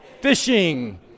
Fishing